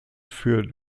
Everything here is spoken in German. für